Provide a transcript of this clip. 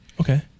Okay